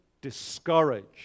discouraged